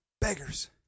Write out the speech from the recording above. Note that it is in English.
beggars